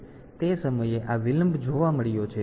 તેથી તે સમયે આ વિલંબ જોવા મળ્યો છે